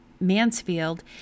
Mansfield